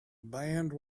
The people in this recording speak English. band